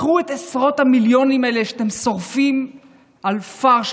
קחו את עשרות המיליונים האלה שאתם שורפים על פארש,